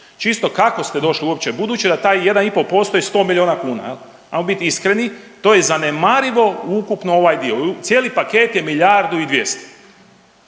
čisto kako ste došli uopće budući da taj 1,5% je 100 milijuna kuna jel. Ajmo bit iskreni, to je zanemarivo u ukupno ovaj dio, cijeli paket je milijardu i 200.